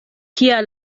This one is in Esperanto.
kia